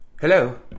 Hello